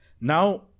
Now